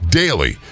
daily